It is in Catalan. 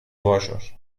bojos